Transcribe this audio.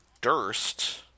Durst